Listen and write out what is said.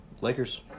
Lakers